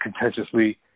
contentiously